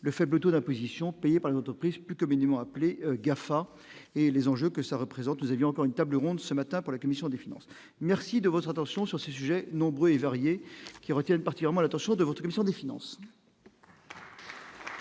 le faible taux d'imposition payées par l'entreprise, plus communément appelé GAFA et les enjeux que cela représente, vous avez encore une table ronde ce matin par la commission des finances, merci de votre attention sur ce sujet, nombreux et variés qui retiennent partiront à l'attention de votre commission des finances.